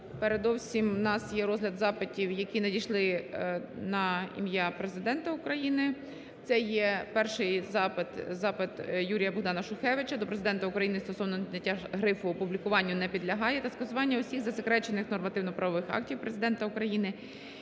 Передовсім у нас є розгляд запитів, які надійшли на ім'я Президента України. Це є перший запит, запит Юрія-Богдана Шкухевича до Президента України стосовно зняття грифу "опублікуванню не підлягає" та скасування усіх засекречених нормативно-правових актів Президента України,